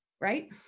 right